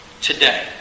today